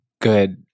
good